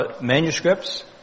manuscripts